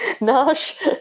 Nash